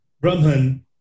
Brahman